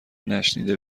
نشنیده